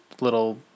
little